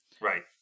Right